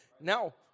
Now